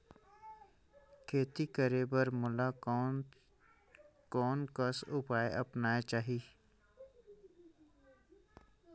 खेती करे बर मोला कोन कस उपाय अपनाये चाही?